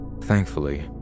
Thankfully